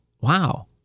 Wow